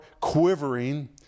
quivering